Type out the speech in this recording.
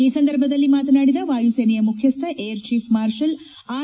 ಈ ಸಂದರ್ಭದಲ್ಲಿ ಮಾತನಾಡಿದ ವಾಯುಸೇನೆಯ ಮುಖ್ಯಸ್ವ ಏರ್ಚೀಫ್ ಮಾರ್ಷಲ್ ಆರ್